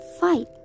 fight